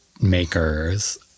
makers